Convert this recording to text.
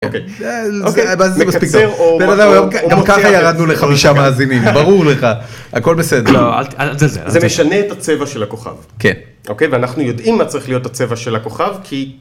גם ככה ירדנו לחמישה מאזינים, ברור לך, הכל בסדר, זה משנה את הצבע של הכוכב, כן, אוקיי ואנחנו יודעים מה צריך להיות הצבע של הכוכב כי